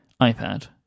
iPad